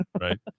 Right